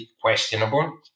questionable